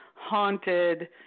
haunted